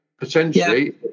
potentially